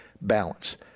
balance